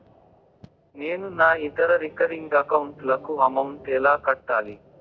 నేను నా ఇతర రికరింగ్ అకౌంట్ లకు అమౌంట్ ఎలా కట్టాలి?